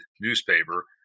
newspaper